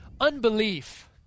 Unbelief